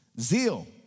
Zeal